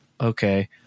Okay